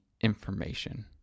information